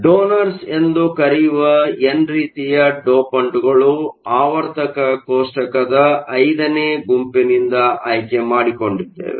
donors ಎಂದು ಕರೆಯುವ N ರೀತಿಯ ಡೋಪಂಟ್ ಗಳು ಆವರ್ತಕ ಕೋಷ್ಟಕದ 5ನೇ ಗುಂಪಿನಿಂದ ಆಯ್ಕೆ ಮಾಡಿಕೊಂಡಿದ್ದೆವೆ